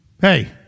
Hey